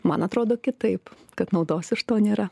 man atrodo kitaip kad naudos iš to nėra